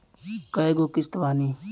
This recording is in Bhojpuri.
कय गो किस्त बानी?